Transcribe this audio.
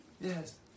yes